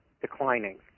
declining